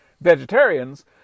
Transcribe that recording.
vegetarians